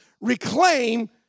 reclaim